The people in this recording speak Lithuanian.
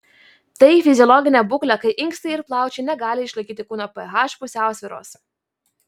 tai fiziologinė būklė kai inkstai ir plaučiai negali išlaikyti kūno ph pusiausvyros